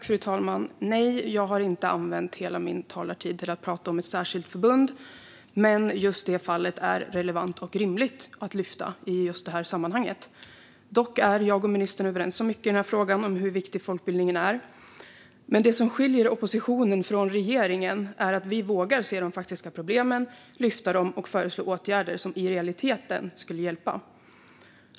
Fru talman! Nej, jag har inte använt hela min talartid åt att prata om ett särskilt förbund, men just det exemplet är relevant och rimligt att lyfta fram i det här sammanhanget. Dock är jag och ministern överens om mycket i den här frågan och om hur viktig folkbildningen är. Men det som skiljer oppositionen från regeringen är att vi vågar se de faktiska problemen, lyfta dem och föreslå åtgärder som i realiteten skulle hjälpa.